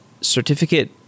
certificate